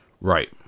Right